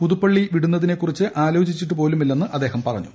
പുതുപ്പള്ളി വിടുന്നതിനെക്കുറിച്ച് ആലോചിച്ചിട്ടു പോലുമില്ലെന്ന് അദ്ദേഹം പറഞ്ഞു